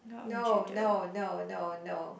no no no no no